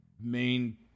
main